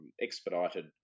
expedited